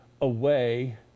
away